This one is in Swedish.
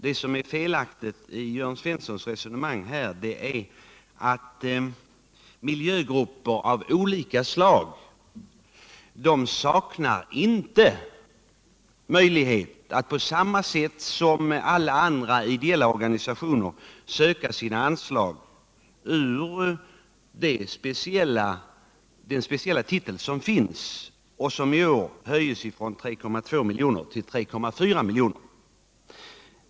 En felaktighet i Jörn Svenssons resonemang är dock att det inte av det framgår att miljögrupper av olika slag har möjlighet, på samma sätt som alla andra ideella organisationer, att ansöka om bidrag ur det speciella anslag som finns för detta ändamål och som i år höjs från 3,2 milj.kr. till 3,4 milj.kr.